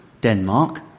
Denmark